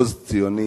מעוז ציוני,